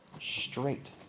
straight